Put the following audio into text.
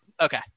Okay